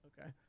okay